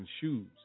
shoes